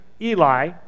Eli